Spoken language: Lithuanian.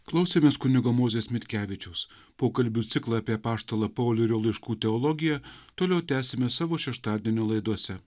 klausėmės kunigo mozės mitkevičiaus pokalbių ciklą apie apaštalą paulių ir jo laiškų teologiją toliau tęsime savo šeštadienių laidose